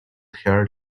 her